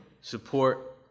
support